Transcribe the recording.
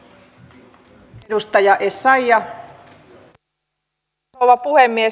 arvoisa rouva puhemies